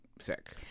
sick